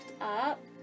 up